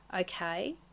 okay